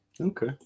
Okay